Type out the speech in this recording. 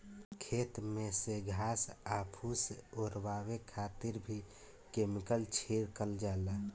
खेत में से घास आ फूस ओरवावे खातिर भी केमिकल छिड़कल जाला